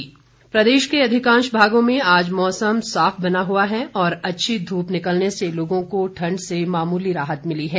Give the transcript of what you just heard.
मौसम प्रदेश के अधिकांश भागों में आज मौसम साफ बना हुआ है और अच्छी धूप निकलने से लोगों को ठंड मामूली राहत मिली है